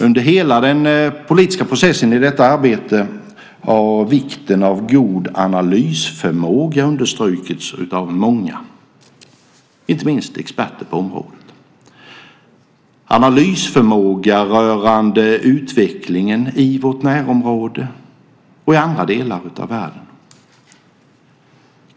Under hela den politiska processen i detta arbete har vikten av god analysförmåga understrukits av många, inte minst experter på området, analysförmåga rörande utvecklingen i vårt närområde och i andra delar av världen.